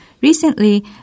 recently